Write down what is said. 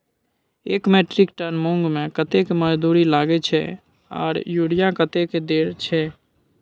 एक metric ton मूंग में कतेक मजदूरी लागे छै आर यूरिया कतेक देर छै?